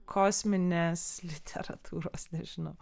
kosminės literatūros nežinau